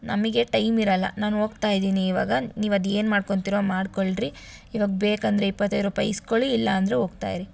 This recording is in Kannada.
ನಮಗೆ ಟೈಮ್ ಇರಲ್ಲ ನಾನು ಹೋಗ್ತಾ ಇದ್ದೀನಿ ಇವಾಗ ನೀವು ಅದು ಏನು ಮಾಡ್ಕೋತಿರೋ ಮಾಡಿಕೊಳ್ರಿ ಇವಾಗ ಬೇಕೆಂದ್ರೆ ಇಪ್ಪತ್ತೈದು ರೂಪಾಯಿ ಇಸ್ಕೊಳ್ಳಿ ಇಲ್ಲ ಅಂದರೆ ಹೋಗ್ತಾ ಇರಿ